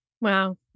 Wow